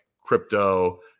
crypto